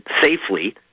safely